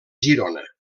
girona